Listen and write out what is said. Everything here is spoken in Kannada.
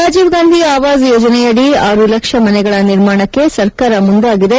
ರಾಜೀವ್ ಗಾಂಧಿ ಆವಾಸ್ ಯೋಜನೆಯದಿ ಆರು ಲಕ್ಷ ಮನೆಗಳ ನಿರ್ಮಾಣಕ್ಕೆ ಸರ್ಕಾರ ಮುಂದಾಗಿದೆ